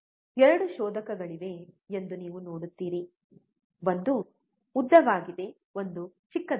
2 ಶೋಧಕಗಳಿವೆ ಎಂದು ನೀವು ನೋಡುತ್ತೀರಿ ಒಂದು ಉದ್ದವಾಗಿದೆ ಒಂದು ಚಿಕ್ಕದಾಗಿದೆ